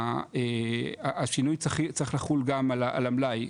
השינוי צריך לחול גם על המלאי,